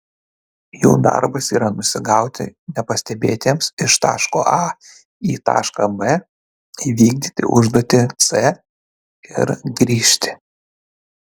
jų darbas yra nusigauti nepastebėtiems iš taško a į tašką b įvykdyti užduotį c ir grįžti